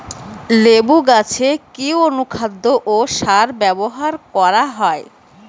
লেবু গাছে কি অনুখাদ্য ও সার ব্যবহার করা হয়?